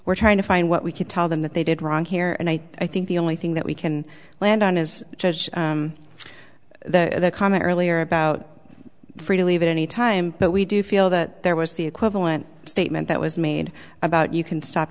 we're trying to find what we could tell them that they did wrong here and i think the only thing that we can land on is judge the comment earlier about free to leave at any time but we do feel that there was the equivalent statement that was made about you can stop